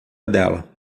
dela